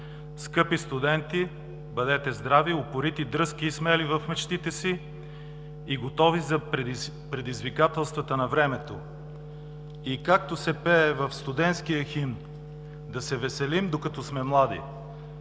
Скъпи студенти, бъдете здрави, упорити, дръзки и смели в мечтите си и готови за предизвикателствата на времето! И както се пее в студентския химн: „Да се веселим докато сме млади“!